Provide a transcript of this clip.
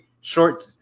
short